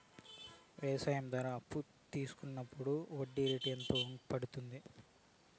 వ్యవసాయం ద్వారా అప్పు తీసుకున్నప్పుడు వడ్డీ రేటు ఎంత పడ్తుంది